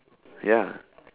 ya